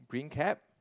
green cap